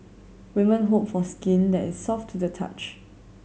women hope for skin that is soft to the touch